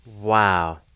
Wow